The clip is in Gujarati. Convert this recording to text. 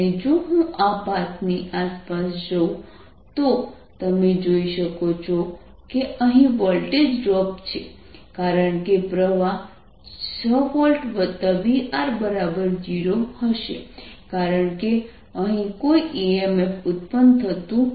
અને જો હું આ પાથની આસપાસ જઉં તો તમે જોઈ શકો છો કે અહીં વોલ્ટેજ ડ્રોપ છે કારણ કે પ્રવાહ 6VVR0 હશે કારણ કે અહીં કોઈ EMF ઉત્પન્ન થતું નથી